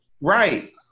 right